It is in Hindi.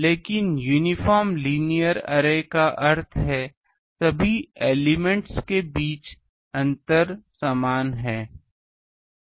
लेकिन यूनिफ़ॉर्म लीनियर अरे का अर्थ है कि सभी एलिमेंट्स के बीच अंतर समान है